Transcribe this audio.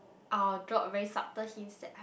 I will drop very subtle hints that I'm